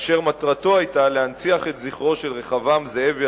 אשר מטרתו היתה להנציח את זכרו של רחבעם זאבי,